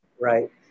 Right